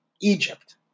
Egypt